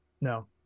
No